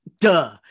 duh